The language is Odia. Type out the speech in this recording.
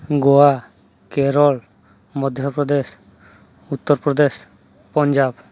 ଗୋଆ କେରଳ ମଧ୍ୟପ୍ରଦେଶ ଉତ୍ତରପ୍ରଦେଶ ପଞ୍ଜାବ